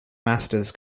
masters